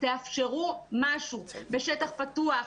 תאפשרו משהו בשטח פתוח,